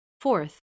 Fourth